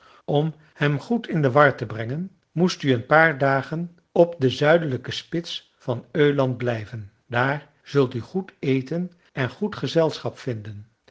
om hem goed in de war te brengen moest u een paar dagen op de zuidelijke spits van öland blijven daar zult u goed eten en goed gezelschap vinden